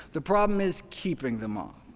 the problem is keeping them off.